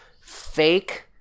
fake